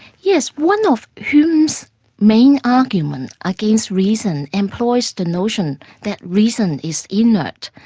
yes. one of hume's main arguments against reason employs the notion that reason is inert.